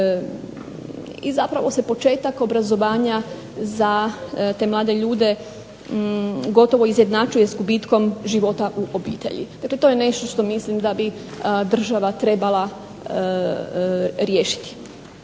i zapravo se početak obrazovanja za te mlade ljude gotovo izjednačuje s gubitkom života u obitelji. Dakle, to je nešto što mislim da bi država trebala riješiti.